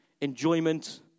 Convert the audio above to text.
enjoyment